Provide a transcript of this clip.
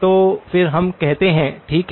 तो फिर हम कहते हैं ठीक है